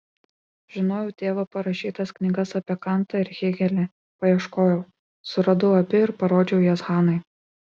žinojau tėvo parašytas knygas apie kantą ir hėgelį paieškojau suradau abi ir parodžiau jas hanai